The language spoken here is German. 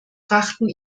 brachten